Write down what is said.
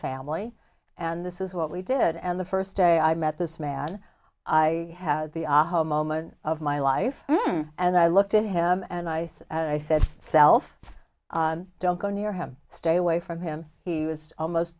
family and this is what we did and the first day i met this man i had the aha moment of my life and i looked at him and i said i said self don't go near him stay away from him he was almost